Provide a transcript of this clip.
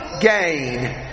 gain